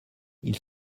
ils